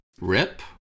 rip